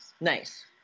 nice